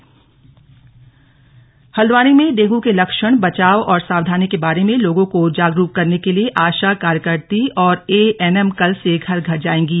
dengue Haldwani Haldwani मे dengue के लक्षण बचाव और सावधानी के बारे में लोगों को जागरूक करने के लिए आशा कार्यकत्री और एएनएम कल से घर घर जाएंगी